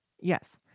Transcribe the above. Yes